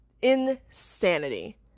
Insanity